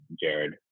Jared